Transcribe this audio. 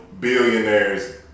Billionaires